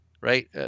right